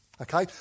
Okay